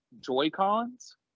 Joy-Cons